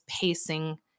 pacing